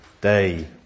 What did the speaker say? day